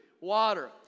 water